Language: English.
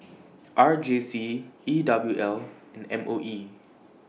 R J C E W L and M O E